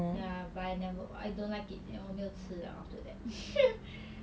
ya but I never but I don't like it then 我没有吃 liao after that